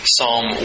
Psalm